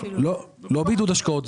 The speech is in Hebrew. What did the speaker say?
לא בעידוד השקעות,